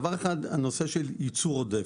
דבר אחד, הנושא של ייצור עודף.